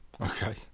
Okay